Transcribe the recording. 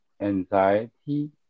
anxiety